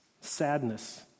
sadness